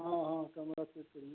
हाँ हाँ कमर से चाहिए